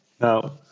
Now